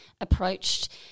approached